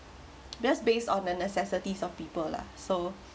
just based on the necessities of people lah so